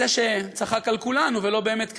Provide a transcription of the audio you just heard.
זה שצחק על כולנו ולא באמת קרה.